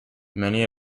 many